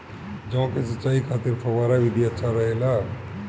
जौ के सिंचाई खातिर फव्वारा विधि अच्छा रहेला?